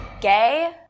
gay